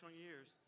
years